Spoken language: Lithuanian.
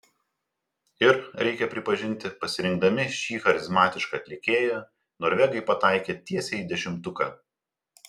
ir reikia pripažinti pasirinkdami šį charizmatišką atlikėją norvegai pataikė tiesiai į dešimtuką